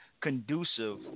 conducive